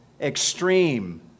extreme